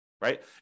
right